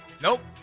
Nope